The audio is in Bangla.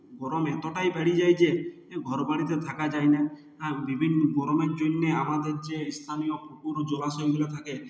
গরম এতোটাই বেড়ে যায় যে এ ঘর বাড়িতে থাকা যায় না আর বিভিন্ন গরমের জন্যে আমাদের যে স্থানীয় পুকুর জলাশয়গুলা থাকে